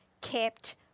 kept